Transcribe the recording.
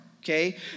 okay